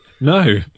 No